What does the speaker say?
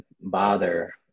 bother